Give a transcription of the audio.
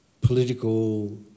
political